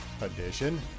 edition